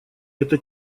это